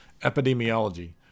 Epidemiology